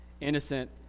innocent